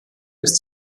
ist